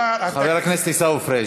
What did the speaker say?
חבר הכנסת עיסאווי פריג',